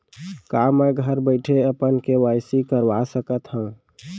का मैं घर बइठे अपन के.वाई.सी करवा सकत हव?